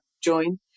join